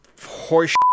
Horse